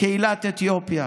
קהילת אתיופיה,